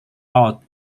out